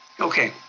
okay.